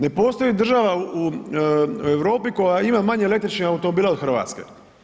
Ne postoji država u Europi koja ima manje električnih automobila od Hrvatske.